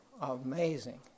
amazing